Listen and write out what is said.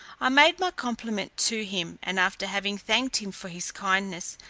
i made my compliment to him, and after having thanked him for his kindness,